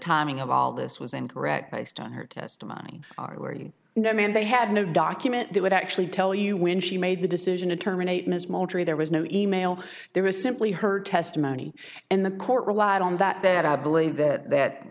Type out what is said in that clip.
timing of all this was incorrect based on her testimony are were you know ma'am they had no document that would actually tell you when she made the decision to terminate ms moultrie there was no e mail there was simply her testimony in the court relied on that that i believe that th